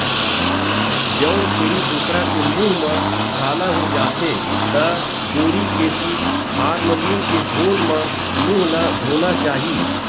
जउन छेरी बोकरा के मूंह म छाला हो जाथे त बोरिक एसिड, फार्मलीन के घोल म मूंह ल धोना चाही